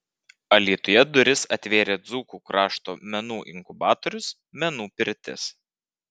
alytuje duris atvėrė dzūkų krašto menų inkubatorius menų pirtis